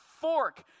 fork